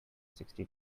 sixty